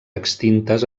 extintes